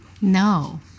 No